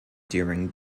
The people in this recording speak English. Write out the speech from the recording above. during